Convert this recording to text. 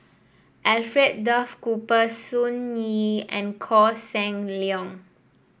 Alfred Duff Cooper Sun Yee and Koh Seng Leong